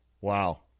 Wow